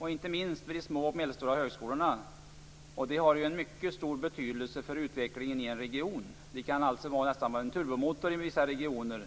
inte minst på de små och medelstora högskolorna. De har ju en mycket stor betydelse för utvecklingen i en region. De kan vara nästan som en turbomotor i vissa regioner.